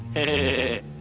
a